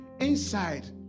inside